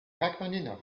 rachmaninov